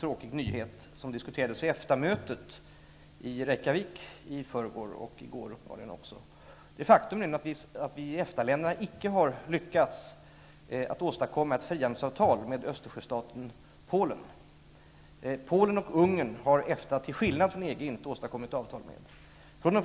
I går och i förrgår diskuterades vid EFTA-mötet i Reykjavik det faktum att vi i EFTA-länderna icke har lyckats att åstadkomma ett frihandelsavtal med Östersjöstaten Polen. Till skillnad från EG har inte EFTA kunnat få till stånd ett avtal med Polen och Ungern.